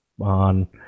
on